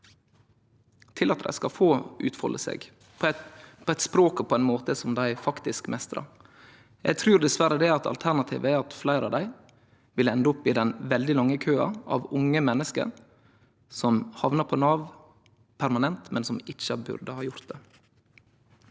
til at dei skal få utfalde seg på eit språk og på ein måte som dei faktisk meistrar? Eg trur dessverre alternativet er at fleire av dei vil ende opp i den veldig lange køen av unge menneske som hamnar på Nav permanent, men som ikkje burde ha gjort det.